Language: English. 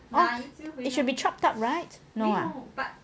oh it should be chopped up right no ah